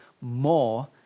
more